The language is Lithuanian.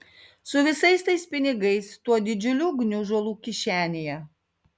su visais tais pinigais tuo didžiuliu gniužulu kišenėje